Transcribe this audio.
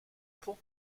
pour